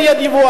כן יהיה דיווח.